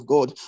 God